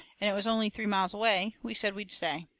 and it was only three miles away, we said we'd stay.